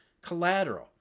collateral